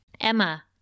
Emma